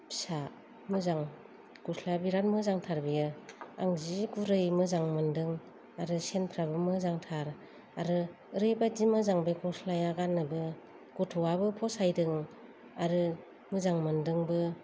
फिसा मोजां गस्लाया बिराद मोजांथार बियो आं जि गुरै मोजां मोनदों आरो सेनफ्राबो मोजांथार आरो ओरैबादि मोजां बे गस्लाया गाननोबो गथ'वाबो फसायदों आरो मोजां मोनदोंबो